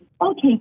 Okay